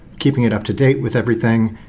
keeping it up-to-date with everything.